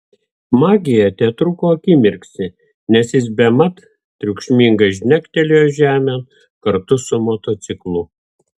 magija tetruko akimirksnį nes jis bemat triukšmingai žnektelėjo žemėn kartu su motociklu